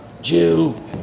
Jew